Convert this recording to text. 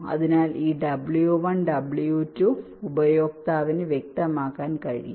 അതിനാൽ ഈ w1 w2 ഉപയോക്താവിന് വ്യക്തമാക്കാൻ കഴിയും